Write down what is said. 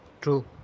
True